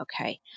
okay